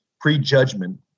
prejudgment